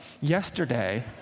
Yesterday